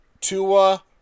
Tua